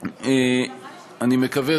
אני מקווה,